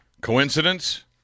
Coincidence